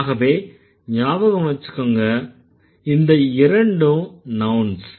ஆகவே ஞாபகம் வெச்சுக்கங்க இந்த இரண்டும் நவ்ன்ஸ்